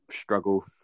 struggle